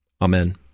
Amen